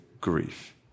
grief